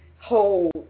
hold